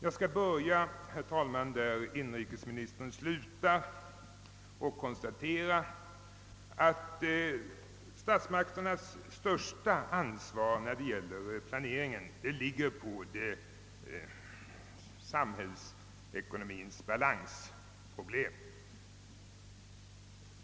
Jag skall börja där inrikesministern slutade, och konstaterar då att statsmakternas största ansvar när det gäller planeringen ligger på sådana frågor som rör den samhällsekonomiska balansen.